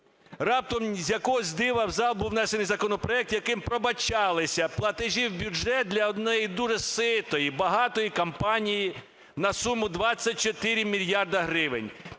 Раптом з якогось дива в зал був внесений законопроект, яким пробачалися платежі в бюджет для однієї дуже ситої, багатої компанії на суму 24 мільярди гривень